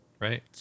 right